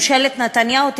ממשלת נתניהו,